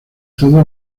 todo